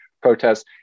protests